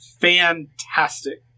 Fantastic